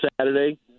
Saturday